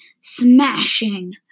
smashing